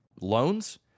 loans